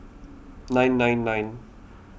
nine nine nine